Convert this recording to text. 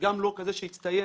גם לא כזה שהצטיין,